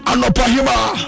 Anopahima